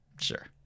Sure